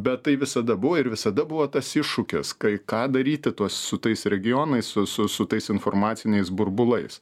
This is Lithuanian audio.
bet tai visada buvo ir visada buvo tas iššūkis kai ką daryti tuos su tais regionais su su su tais informaciniais burbulais